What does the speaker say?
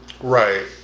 Right